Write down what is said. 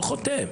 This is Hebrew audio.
לא חותם.